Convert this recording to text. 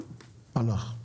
הלך.